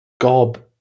Gob